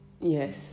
yes